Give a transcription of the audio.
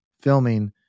filming